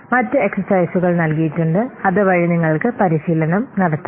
മറ്റ് എക്സ്സർസൈസുകൾ നൽകിയിട്ടുണ്ട് അതുവഴി നിങ്ങൾക്ക് പരിശീലനം നടത്താം